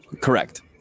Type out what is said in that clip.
Correct